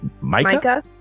Mica